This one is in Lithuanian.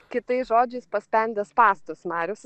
kitais žodžiais paspendė spąstus marius